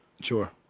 Sure